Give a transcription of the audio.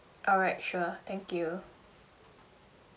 alright sure thank you